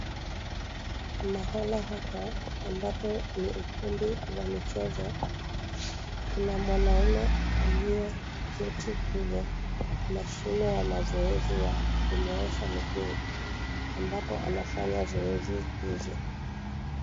Mahala hapa ambapo ni ukumbi wa michezo. Kuna mwanaume aliyeketi kwenye mashine ya mazoezi ya kunyoosha miguu ambapo anafanya zoezi hizi.